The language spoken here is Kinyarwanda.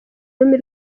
rurimi